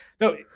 No